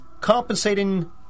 compensating